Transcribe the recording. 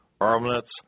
armlets